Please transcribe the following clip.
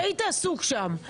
אבל לא הקשבת לי, היית עסוק שם.